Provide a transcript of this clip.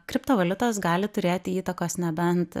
kriptovaliutos gali turėti įtakos nebent